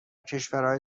کشورهای